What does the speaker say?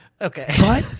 Okay